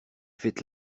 faites